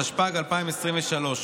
התשפ"ג 2023,